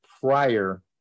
prior